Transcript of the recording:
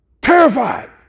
Terrified